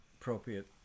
appropriate